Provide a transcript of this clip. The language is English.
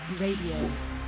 Radio